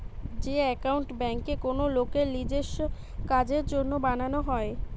যে একাউন্ট বেঙ্কে কোনো লোকের নিজেস্য কাজের জন্য বানানো হয়